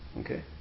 okay